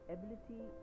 Ability